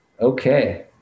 Okay